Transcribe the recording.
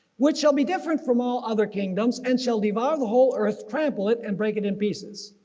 which shall be different from all other kingdoms and shall divide the whole earth tremble it and break it in pieces.